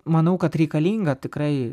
manau kad reikalinga tikrai